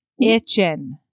itching